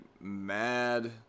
mad